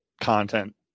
content